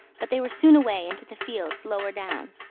but they were soon away into the fields lower down